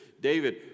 David